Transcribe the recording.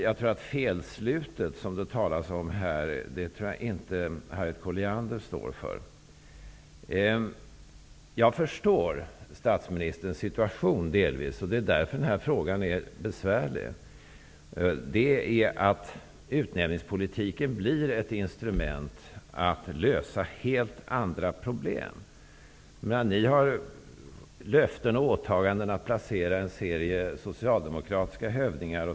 Jag tror inte att Harriet Colliander står för felslutet, som det talas om här. Jag förstår delvis statsministerns situation. Det är därför den här frågan är besvärlig. Utnämningspolitiken blir ett instrument att lösa helt andra problem. Regeringen har löften och åtaganden att placera en serie socialdemokratiska hövdingar.